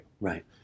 Right